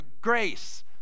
Grace